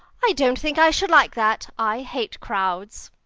i don't think i should like that i hate crowds.